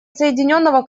соединенного